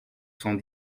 cent